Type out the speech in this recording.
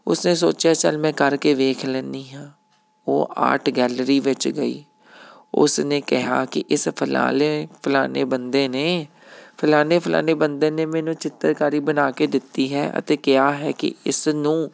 ਉਸਨੇ ਸੋਚਿਆ ਚਲ ਮੈਂ ਕਰਕੇ ਵੇਖ ਲੈਂਦੀ ਹਾਂ ਉਹ ਆਰਟ ਗੈਲਰੀ ਵਿੱਚ ਗਈ ਉਸਨੇ ਕਿਹਾ ਕਿ ਇਸ ਫਲਾ ਲਿਆ ਫਲਾਣੇ ਬੰਦੇ ਨੇ ਫਲਾਣੇ ਫਲਾਣੇ ਬੰਦੇ ਨੇ ਮੈਨੂੰ ਚਿੱਤਰਕਾਰੀ ਬਣਾ ਕੇ ਦਿੱਤੀ ਹੈ ਅਤੇ ਕਿਹਾ ਹੈ ਕਿ ਇਸ ਨੂੰ